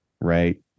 right